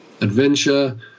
Adventure